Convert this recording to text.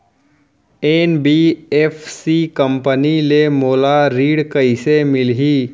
NBFC company ले मोला ऋण कइसे मिलही?